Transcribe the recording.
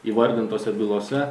įvardintose bylose